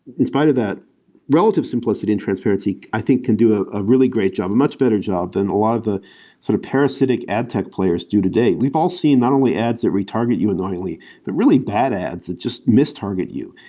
in spite of that relative simplicity and transparency, i think, can do ah a really great job, a much better job than a lot of the sort of parasitic ad-tech players do today. we've all seen not only ads that retarget you unknowingly but really bad ads that just mistarget you,